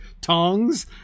tongs